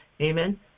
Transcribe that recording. Amen